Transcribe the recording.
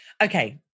okay